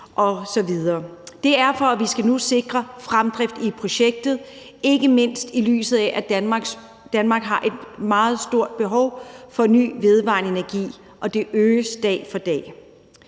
Det er, fordi vi nu skal sikre fremdrift i projektet, ikke mindst i lyset af at Danmark har et meget stort behov for ny vedvarende energi, og det øges dag for dag.